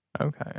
okay